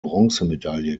bronzemedaille